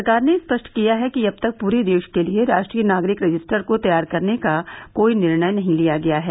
सरकार ने स्पष्ट किया है कि अब तक पूरे देश के लिए राष्ट्रीय नागरिक रजिस्टर को तैयार करने का कोई निर्णय नहीं लिया गया है